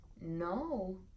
No